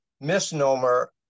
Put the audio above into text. misnomer